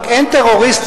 רק אין טרוריסטים,